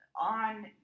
on